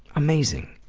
amazing.